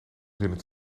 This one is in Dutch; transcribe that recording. zinnen